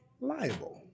liable